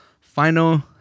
final